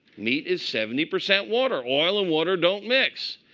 meat is seventy percent water. oil and water don't mix.